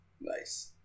Nice